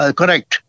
correct